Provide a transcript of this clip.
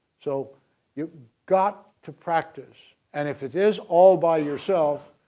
so you've got to practice, and if it is all by yourself,